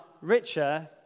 richer